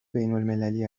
بینالمللی